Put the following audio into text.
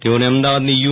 તેઓને અમદાવાદની યુ